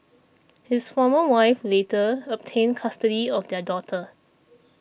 his former wife later obtained custody of their daughter